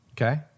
okay